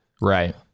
Right